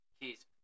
Keys